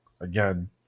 again